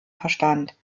verstand